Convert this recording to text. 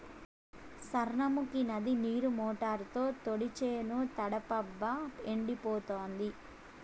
సార్నముకీ నది నీరు మోటారుతో తోడి చేను తడపబ్బా ఎండిపోతాంది